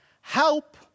help